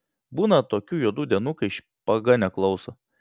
būna tokių juodų dienų kai špaga neklauso